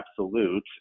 Absolute